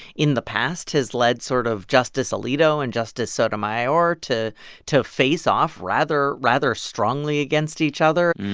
in the past has led sort of justice alito and justice sotomayor to to face off rather rather strongly against each other.